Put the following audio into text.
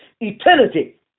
eternity